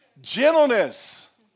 Gentleness